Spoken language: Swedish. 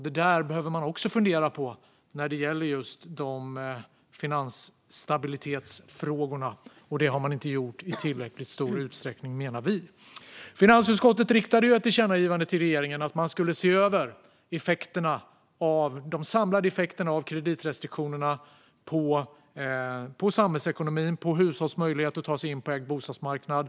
Det där behöver man fundera på när det gäller finansstabilitetsfrågorna, och det menar vi att man inte har gjort i tillräckligt stor utsträckning. Finansutskottet riktade ett tillkännagivande till regeringen om att man skulle se över de samlade effekterna av kreditrestriktionerna på samhällsekonomin och hushålls möjlighet att ta sig in på ägd bostadsmarknad.